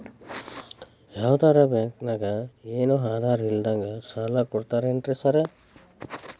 ಯಾವದರಾ ಬ್ಯಾಂಕ್ ನಾಗ ಏನು ಆಧಾರ್ ಇಲ್ದಂಗನೆ ಸಾಲ ಕೊಡ್ತಾರೆನ್ರಿ ಸಾರ್?